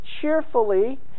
cheerfully